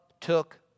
took